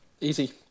easy